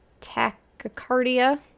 tachycardia